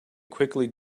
quickly